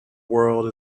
world